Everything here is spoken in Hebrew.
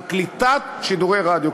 על קליטת שידורי רדיו.